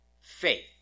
faith